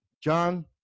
John